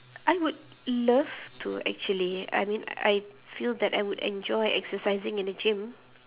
I would love to actually I mean I feel that I would enjoy exercising in a gym